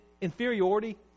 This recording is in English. inferiority